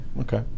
Okay